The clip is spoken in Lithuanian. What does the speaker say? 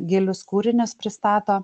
gilius kūrinius pristato